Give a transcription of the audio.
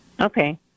Okay